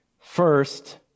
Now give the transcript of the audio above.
First